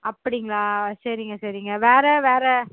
அப்படிங்களா சரிங்க சரிங்க வேறு வேறு